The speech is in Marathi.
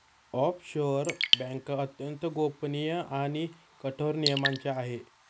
ऑफशोअर बँका अत्यंत गोपनीय आणि कठोर नियमांच्या आहे